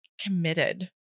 committed